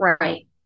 Right